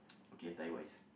okay I tell you what is